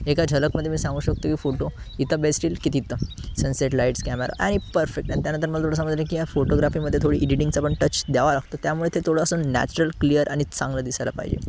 एका झलकमध्ये मी सांगू शकतो की फोटो इथं बेस्ट येईल की तिथं सनसेट लाईट्स कॅमेरा आणि परफेक्ट आणि त्यानंतर मला थोडं समजलं की या फोटोग्राफीमध्ये थोडी इडिटींगचा पण टच द्यावा लागतो त्यामुळे ते थोडंसं नॅचरल क्लिअर आणि चांगलं दिसायला पाहिजे